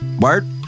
word